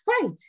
fight